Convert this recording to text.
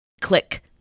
Click